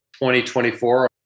2024